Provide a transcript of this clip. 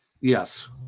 Yes